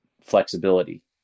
flexibility